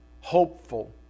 hopeful